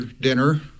dinner